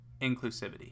inclusivity